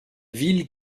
ville